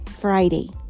Friday